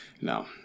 No